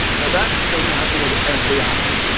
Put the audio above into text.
now, that doesn't happen with every actor,